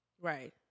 Right